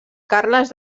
carles